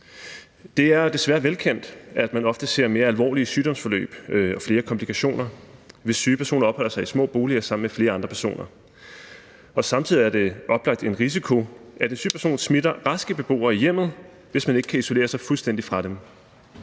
Det er desværre velkendt, at man ofte ser mere alvorligt sygdomsforløb og flere komplikationer, hvis syge personer opholder sig i små boliger sammen med flere andre personer. Samtidig er det oplagt en risiko, at en syg person smitter raske beboere i hjemmet, hvis man ikke kan isolere sig fuldstændig fra dem.